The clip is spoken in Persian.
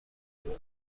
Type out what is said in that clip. داد